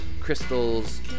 crystals